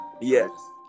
yes